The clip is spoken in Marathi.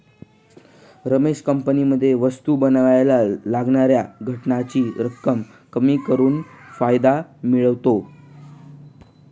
रमेश कंपनीमध्ये वस्तु बनावायला लागणाऱ्या घटकांची रक्कम कमी करून फायदा मिळवतो